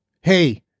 hey